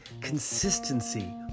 consistency